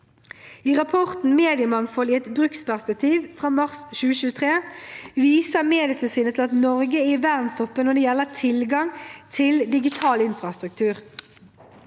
I rapporten «Mediemangfold i et bruksperspektiv» fra mars 2023 viser Medietilsynet til at Norge er i verdenstoppen når det gjelder tilgang til digital infrastruktur.